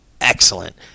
Excellent